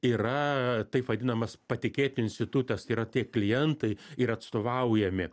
yra taip vadinamas patikėtinių institutas yra tie klientai ir atstovaujami